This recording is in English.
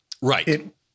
Right